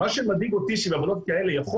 מה שמדאיג אותי שבוועדות כאלה יכול